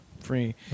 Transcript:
free